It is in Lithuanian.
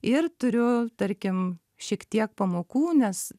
ir turiu tarkim šiek tiek pamokų nes